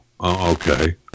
okay